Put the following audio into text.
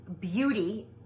beauty